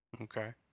Okay